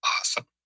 awesome